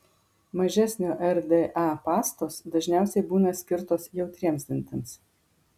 mažesnio rda pastos dažniausiai būna skirtos jautriems dantims